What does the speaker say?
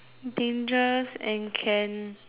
dangerous and can